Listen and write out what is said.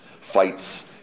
fights